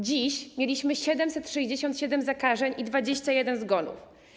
Dziś mieliśmy 767 zakażeń i 21 zgonów.